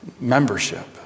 membership